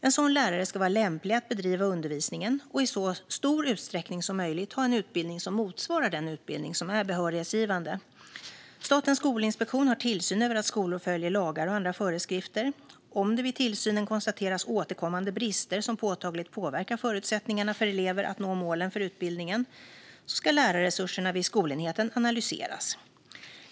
En sådan lärare ska vara lämplig att bedriva undervisningen och i så stor utsträckning som möjligt ha en utbildning som motsvarar den utbildning som är behörighetsgivande. Statens skolinspektion har tillsyn över att skolor följer lagar och andra föreskrifter. Om det vid tillsynen konstateras återkommande brister som påtagligt påverkar förutsättningarna för elever att nå målen för utbildningen ska lärarresurserna vid skolenheten analyseras.